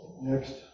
Next